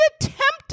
attempted